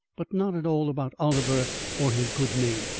but not at all about oliver or his good name.